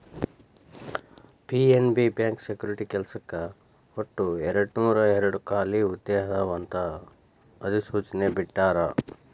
PNB bank security ಕೆಲ್ಸಕ್ಕ ಒಟ್ಟು ಎರಡನೂರಾಯೇರಡ್ ಖಾಲಿ ಹುದ್ದೆ ಅವ ಅಂತ ಅಧಿಸೂಚನೆ ಬಿಟ್ಟಾರ